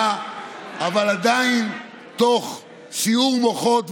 עוד חצי דקה, פחות.